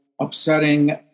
upsetting